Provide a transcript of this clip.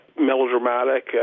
melodramatic